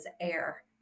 air